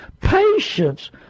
patience